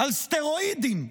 על סטרואידים.